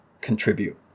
contribute